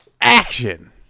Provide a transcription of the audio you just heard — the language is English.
Action